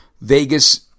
Vegas